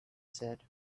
said